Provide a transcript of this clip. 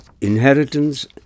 inheritance